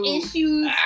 issues